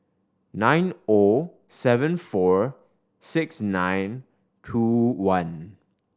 nine O seven four six nine two one